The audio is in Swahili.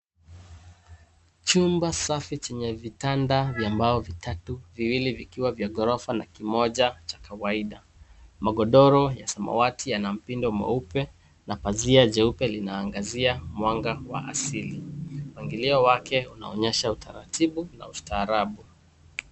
Chumba safi chenye vitanda vya mbao vitatu. Viwili vikiwa vya ghorofa na kimoja cha kawaida. Magodoro ya samawati yana mpindo mweupe na pazia jeupe linaangazia mwanga wa asili. Mpangilio wake unaonyesha utaratibu na ustaarabu.